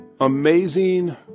amazing